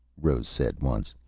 rose said once.